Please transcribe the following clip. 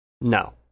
No